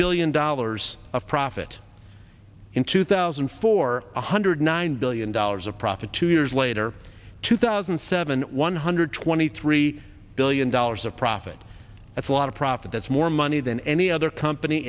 billion dollars of profit in two thousand and four one hundred nine billion dollars of profit two years later two thousand and seven one hundred twenty three billion dollars of profit that's a lot of profit that's more money than any other company